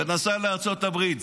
לארצות הברית.